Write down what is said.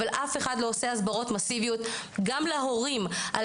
אבל אף אחד לא עושה הסברות מאסיביות גם להורים על